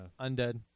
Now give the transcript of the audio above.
Undead